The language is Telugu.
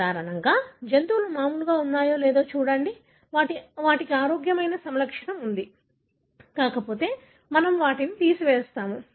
సాధారణంగా జంతువులు మామూలుగా ఉన్నాయో లేదో చూడండి వాటికి ఆరోగ్యకరమైన సమలక్షణం ఉంది కాకపోతే మనం వాటిని తీసివేస్తాము